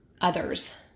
others